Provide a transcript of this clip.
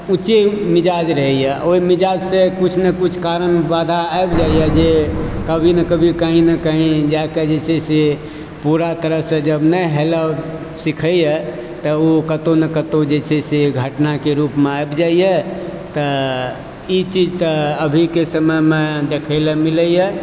उचित मिजाज रहैया ओहि मिजाज से किछु ने किछु कारण बाधा आबि जाइया जे कभी ना कभी कहीं ना कहीं जा कर जे छै पूरा तरह से नहि हेलब सिखैया तऽ ओ कत्तौ नहि कत्तौ जे छै से घटना के रूप मे आबि जाइया तऽ ई चीज तऽ अभी के समयमे देखै लय मिलैया